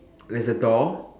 there's a door